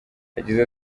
yagize